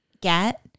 get